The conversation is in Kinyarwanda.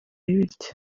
bitya